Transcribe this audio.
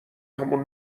همون